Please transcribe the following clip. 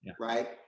Right